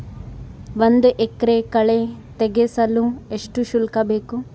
ಒಂದು ಎಕರೆ ಕಳೆ ತೆಗೆಸಲು ಎಷ್ಟು ಶುಲ್ಕ ಬೇಕು?